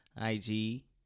IG